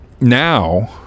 now